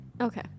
Okay